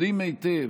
יודעים היטב,